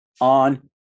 on